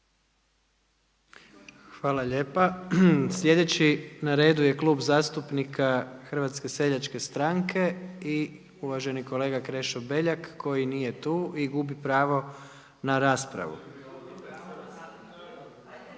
Hvala lijepa. Slijedeći na redu je Klub zastupnika Hrvatske seljačke stranke i uvaženi kolega Krešo Beljak koji nije tu i gubi pravo na raspravu.